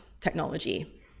technology